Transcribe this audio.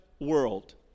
world